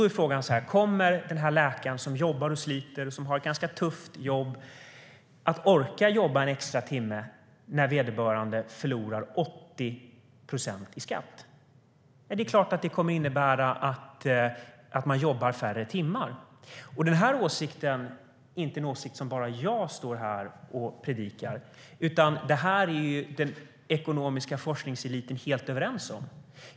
Då är frågan: Kommer den här läkaren som jobbar och sliter och har ett ganska tufft jobb att orka jobba en extra timme när vederbörande förlorar 80 procent i skatt? Nej, det är klart att det kommer att innebära att man jobbar färre timmar. Den här åsikten är inte en åsikt som bara jag står här och predikar, utan det här är den ekonomiska forskningseliten helt överens om.